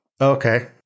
Okay